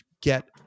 get